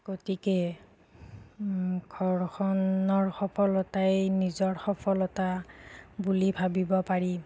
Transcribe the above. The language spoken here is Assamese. গতিকে ঘৰখনৰ সফলতাই নিজৰ সফলতা বুলি ভাবিব পাৰি